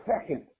second